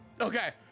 Okay